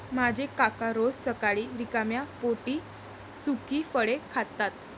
माझे काका रोज सकाळी रिकाम्या पोटी सुकी फळे खातात